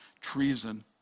treason